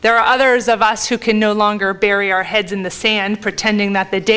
there are others of us who can no longer bury our heads in the sand pretending that the day